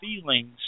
feelings